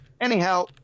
anyhow